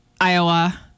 Iowa